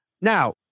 Now